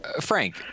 Frank